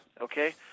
Okay